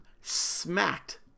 smacked